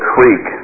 Creek